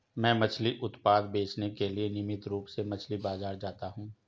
मैं मछली उत्पाद बेचने के लिए नियमित रूप से मछली बाजार जाता हूं